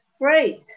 great